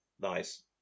Nice